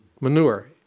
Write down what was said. Manure